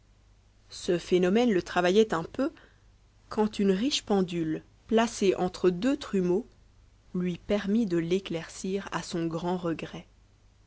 ce phénomène le travaillait un peu qùand une riche pendule placée entre deux trumeaux lui permit de l'éclaircir a son grand regret